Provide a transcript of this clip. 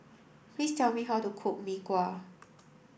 please tell me how to cook Mee Kuah